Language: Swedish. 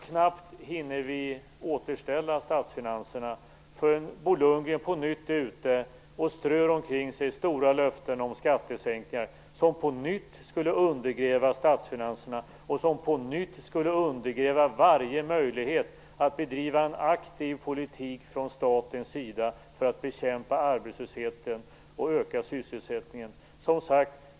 Knappt hinner vi återställa statsfinanserna förrän Bo Lundgren på nytt är ute och strör omkring sig stora löften om skattesänkningar, som på nytt skulle undergräva statsfinanserna och varje möjlighet för staten att bedriva en aktiv politik för att bekämpa arbetslösheten och öka sysselsättningen.